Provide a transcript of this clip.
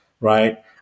right